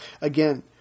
Again